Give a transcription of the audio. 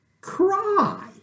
cry